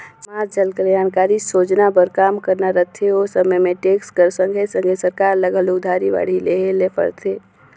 समाज जनकलयानकारी सोजना बर काम करना रहथे ओ समे में टेक्स कर संघे संघे सरकार ल घलो उधारी बाड़ही लेहे ले परथे